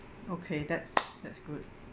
okay that's that's good